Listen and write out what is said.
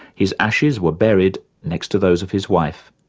his ashes were buried next to those of his wife,